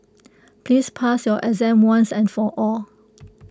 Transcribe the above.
please pass your exam once and for all